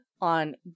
on